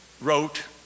wrote